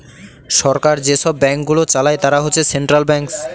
সরকার যেসব ব্যাঙ্কগুলো চালায় তারা হচ্ছে সেন্ট্রাল ব্যাঙ্কস